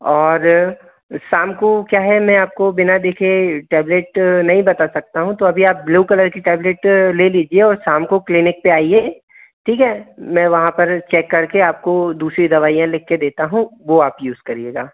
और शाम को क्या है मैं आपको बिना देखे टेबलेट नहीं बता सकता हूँ तो अभी आप ब्लू कलर की टेबलेट ले लीजिए और शाम को क्लीनिक पर आइए ठीक है मैं वहाँ पर चेक कर के आपको दूसरी दवाइयाँ लिख के देता हूँ वो आप यूज़ करिएगा